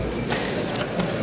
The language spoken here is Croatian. Hvala vam.